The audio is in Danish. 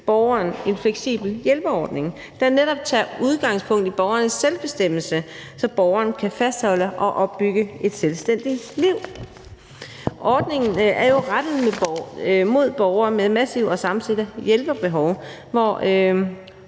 borgeren en fleksibel hjælperordning, der netop tager udgangspunkt i borgerens selvbestemmelse, så borgeren kan fastholde og opbygge et selvstændigt liv. Ordningen er jo rettet mod borgere med massive og sammensatte hjælpebehov, hvor